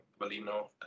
Valino